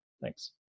Thanks